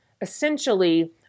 essentially